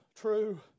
true